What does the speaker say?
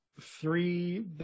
three